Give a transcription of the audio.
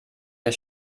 der